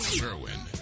Sherwin